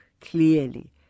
clearly